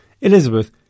Elizabeth